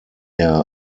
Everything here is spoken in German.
herr